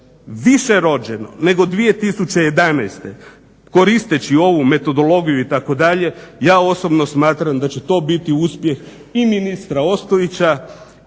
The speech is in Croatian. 2013.više rođeno nego 2011.koristeći ovu metodologiju itd. ja osobno smatram da će to biti uspjeh i ministra Ostojića